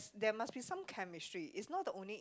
there must be some chemistry if not the only